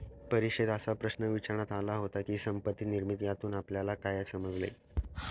परीक्षेत असा प्रश्न विचारण्यात आला होता की, संपत्ती निर्मिती यातून आपल्याला काय समजले?